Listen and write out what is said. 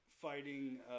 fighting